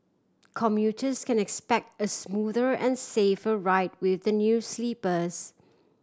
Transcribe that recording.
commuters can expect a smoother and safer ride with the new sleepers